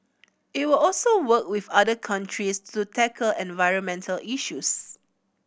it will also work with other countries to tackle environmental issues